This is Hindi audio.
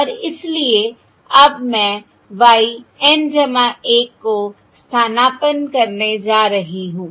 और इसलिए अब मैं y N 1 को स्थानापन्न करने जा रही हूं